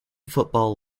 football